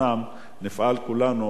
נפעל כולנו ליישם אותם.